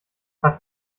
hast